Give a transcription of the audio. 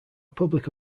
public